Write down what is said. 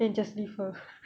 then you just leave her